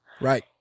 Right